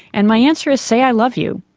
and my answer is, say i love you.